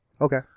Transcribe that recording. Okay